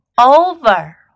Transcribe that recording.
over